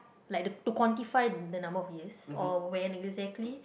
like the to quantify the number of years or when exactly